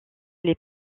les